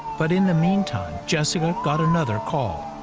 but in the meantime, jessica got another call.